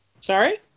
Sorry